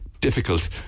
difficult